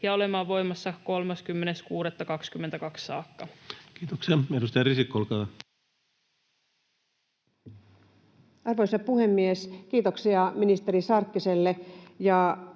ja olemaan voimassa 30.6.2022 saakka. Kiitoksia. — Edustaja Risikko, olkaa hyvä. Arvoisa puhemies! Kiitoksia ministeri Sarkkiselle